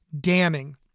damning